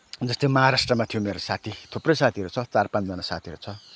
जस्तै महाराष्ट्रमा थियो मेरो साथी थुप्रै साथीहरू छ चार पाँचजना साथीहरू छ